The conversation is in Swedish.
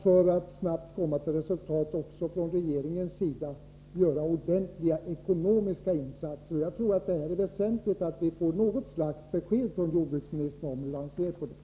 För att snabbt nå resultat måste även regeringen vara beredd att göra ordentliga ekonomiska insatser. Jag tror att det är väsentligt att vi får något slags besked från jordbruksministern om hur han ser på detta.